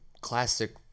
classic